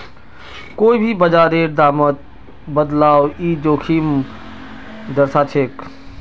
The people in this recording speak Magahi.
कोई भी बाजारेर दामत बदलाव ई जोखिमक दर्शाछेक